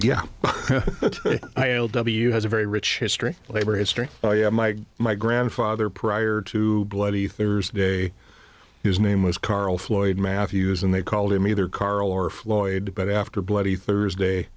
yeah i o w has a very rich history labor history my grandfather prior to bloody thursday his name was carl floyd matthews and they called him either carl or floyd but after bloody thursday